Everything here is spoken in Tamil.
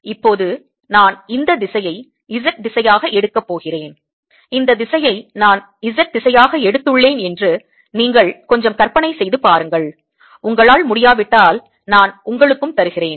இப்போது நான் இந்த திசையை Z திசையாக எடுக்கப் போகிறேன் இந்த திசையை நான் Z திசையாக எடுத்துள்ளேன் என்று நீங்கள் கொஞ்சம் கற்பனை செய்து பாருங்கள் உங்களால் முடியாவிட்டால் நான் உங்களுக்கும் தருகிறேன்